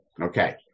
Okay